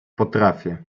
potrafię